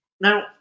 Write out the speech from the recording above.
Now